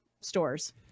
stores